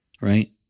Right